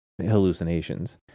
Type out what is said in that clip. hallucinations